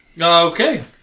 Okay